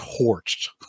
torched